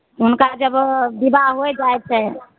हुनका जब बिदा होइ जाइ छै